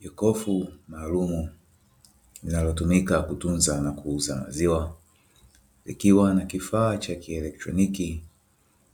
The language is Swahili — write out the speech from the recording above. Jokofu maalumu linalotumika kutunza na kuuza maziwa, likiwa na kifaa cha kieletroniki;